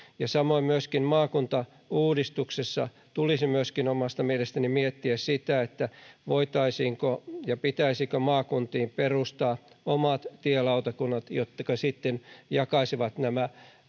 samoin maakuntauudistuksessa tulisi myöskin omasta mielestäni miettiä sitä voitaisiinko ja pitäisikö maakuntiin perustaa omat tielautakunnat jotka jakaisivat nämä